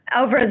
over